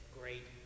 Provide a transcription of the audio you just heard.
great